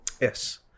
yes